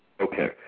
Okay